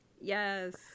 yes